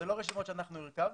אלה לא רשימות שאנחנו הרכבנו.